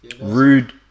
Rude